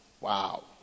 Wow